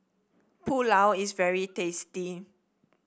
pulao is very tasty